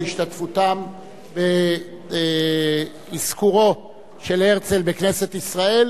השתתפותם באזכורו של הרצל בכנסת ישראל,